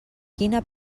quina